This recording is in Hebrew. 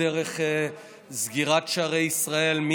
דרך סגירת שערי ישראל,